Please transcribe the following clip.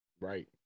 Right